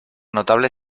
notable